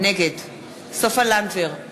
נגד סופה לנדבר,